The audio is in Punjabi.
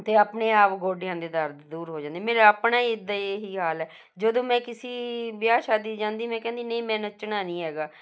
ਅਤੇ ਆਪਣੇ ਆਪ ਗੋਡਿਆਂ ਦੇ ਦਰਦ ਦੂਰ ਹੋ ਜਾਂਦੇ ਮੇਰਾ ਆਪਣਾ ਹੀ ਇੱਦਾਂ ਹੀ ਇਹੀ ਹਾਲ ਹੈ ਜਦੋਂ ਮੈਂ ਕਿਸੀ ਵਿਆਹ ਸ਼ਾਦੀ ਜਾਂਦੀ ਮੈਂ ਕਹਿੰਦੀ ਨਹੀਂ ਮੈਂ ਨੱਚਣਾ ਨਹੀਂ ਹੈਗਾ